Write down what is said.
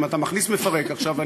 אם אתה מכניס מפרק עכשיו,